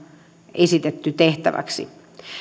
esitetty tehtäväksi